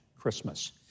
Christmas